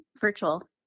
virtual